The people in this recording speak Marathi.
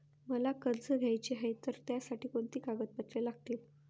मला कर्ज घ्यायचे आहे तर त्यासाठी कोणती कागदपत्रे लागतील?